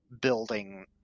building